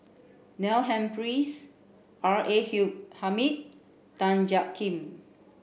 Neil Humphreys R A Hair Hamid Tan Jiak Kim